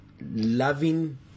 loving